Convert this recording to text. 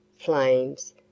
flames